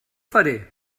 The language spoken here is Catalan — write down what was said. faré